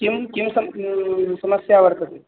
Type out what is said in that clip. का का सा समस्या वर्तते